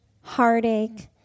heartache